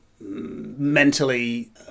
mentally